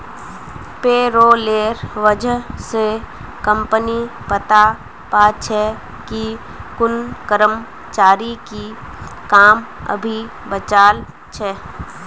पेरोलेर वजह स कम्पनी पता पा छे कि कुन कर्मचारीर की काम अभी बचाल छ